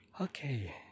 Okay